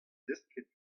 desket